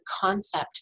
concept